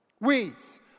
Weeds